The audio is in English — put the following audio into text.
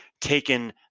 taken